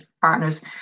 partners